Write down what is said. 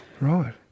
Right